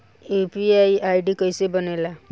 UPI ID कैसे बनेला?